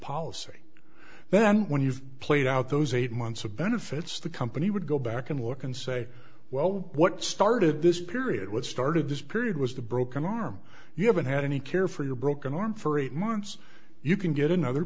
policy then when you've played out those eight months of benefits the company would go back and look and say well what started this period what started this period was the broken arm you haven't had any care for your broken arm for eight months you can get another